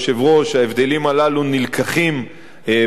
ההבדלים הללו מובאים בחשבון,